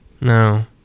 No